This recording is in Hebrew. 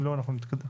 אם לא, אנחנו נתקדם.